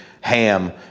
ham